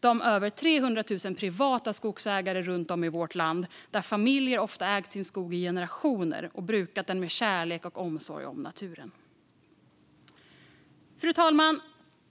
de över 300 000 privata skogsägarna runt om i vårt land, ofta familjer som har ägt sin skog i generationer och brukat den med kärlek och omsorg om naturen. Fru talman!